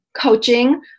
coaching